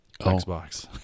Xbox